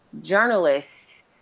journalists